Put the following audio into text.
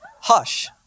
Hush